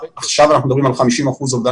עכשיו אנחנו מדברים על 50 אחוזים אובדן